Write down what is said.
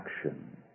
action